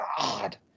God